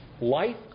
Life